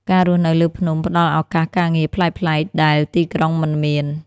ការរស់នៅលើភ្នំផ្ដល់ឱកាសការងារប្លែកៗដែលទីក្រុងមិនមាន។